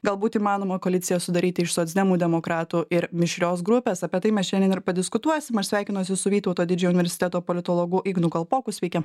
galbūt įmanoma koaliciją sudaryti iš socdemų demokratų ir mišrios grupės apie tai mes šiandien ir padiskutuosim aš sveikinuosi su vytauto didžiojo universiteto politologu ignui kalpokui sveiki